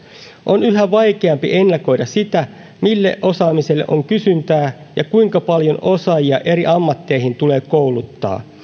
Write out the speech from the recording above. on yhä vaikeampi ennakoida sitä mille osaamiselle on kysyntää ja kuinka paljon osaajia eri ammatteihin tulee kouluttaa